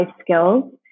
skills